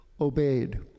obeyed